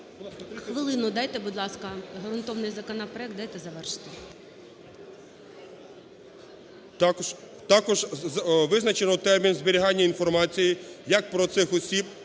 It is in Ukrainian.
Хвилину дайте, будь ласка, ґрунтовний законопроект, дайте завершити. ВЕЛИЧКОВИЧ М.Р. Також визначено термін зберігання інформації як про цих осіб